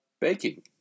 baking